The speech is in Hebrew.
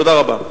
תודה רבה.